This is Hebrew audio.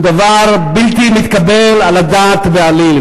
הוא דבר בלתי מתקבל על הדעת בעליל.